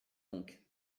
donc